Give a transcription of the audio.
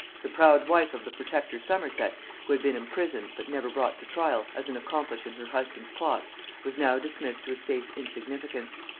the proud wife of the protector somerset who had been imprisoned, but never brought to trial, as an accomplice in her husband's plots was now dismissed to a safe insignificance.